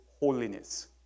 Holiness